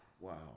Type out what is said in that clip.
wow